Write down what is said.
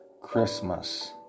Christmas